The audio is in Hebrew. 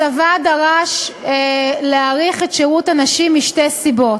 הצבא דרש להאריך את שירות הנשים משתי סיבות: